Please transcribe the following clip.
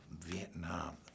Vietnam